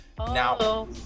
Now